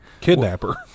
kidnapper